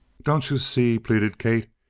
don't you see? pleaded kate.